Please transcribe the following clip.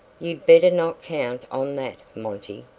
you'd better not count on that, monty.